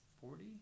Forty